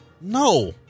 No